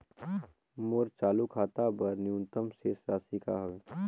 मोर चालू खाता बर न्यूनतम शेष राशि का हवे?